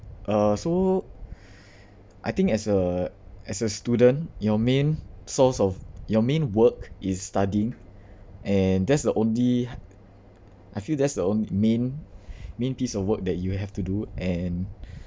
uh so I think as a as a student your main source of your main work is studying and that's the only I feel that's the on~ main main piece of work that you have to do and